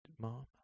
Mom